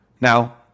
Now